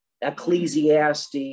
ecclesiastes